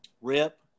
Rip